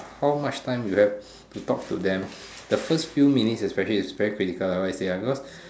how much time you have to talk to them the first few minutes is especially very critical otherwise ya